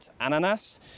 Ananas